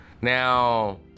now